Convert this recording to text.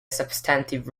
substantive